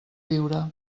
viure